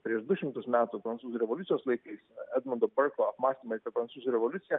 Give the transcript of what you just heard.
prieš du šimtus metų prancūzų revoliucijos laikais edmundo berklo apmąstymai apie prancūzų revoliuciją